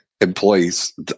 employees